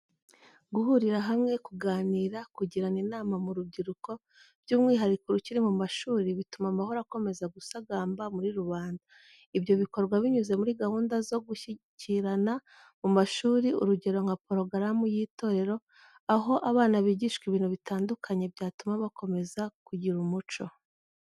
Guhurira hamwe, kuganira, kugirana inama mu rubyiruko, by'umwihariko urukiri mu mashuri, bituma amahoro akomeza gusagamba muri rubanda. Ibyo bikorwa binyuze muri gahunda zo gushyikirana mu mashuri urugero nka porogaramu y'itorero, aho abana bigishwa ibintu bitandukanye byatuma bakomeza kugira umuco.